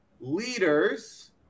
leaders